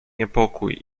niepokój